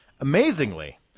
Amazingly